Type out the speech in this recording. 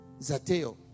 zateo